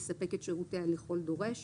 לספק את שירותיה לכל דורש.